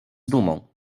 dumą